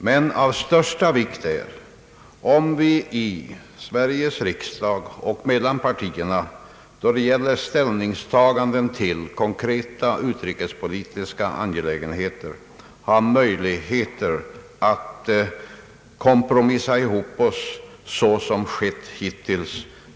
Men av största vikt är att vi i Sveriges riksdag och mellan partierna, då det gäller ställningstaganden till konkreta utrikespolitiska angelägenheter, har möjligheter att kompromissa ihop oss så som skett hittills.